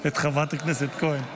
חברת הכנסת כהן.